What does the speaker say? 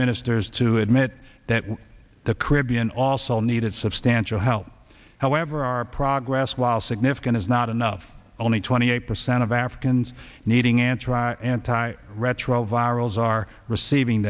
ministers to admit that the caribbean also needed substantial help however our progress while significant is not enough only twenty eight percent of africans needing answered anti retroviral as are receiving